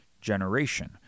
generation